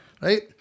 Right